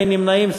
אין נמנעים.